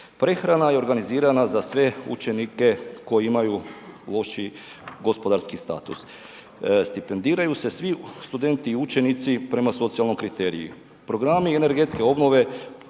prehrana je organizirana za sve učenike koji imaju lošiji gospodarski status. Stipendiraju se svi studenti i učenici prema socijalnom kriteriju. Programi energetske obnove